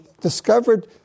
discovered